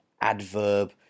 adverb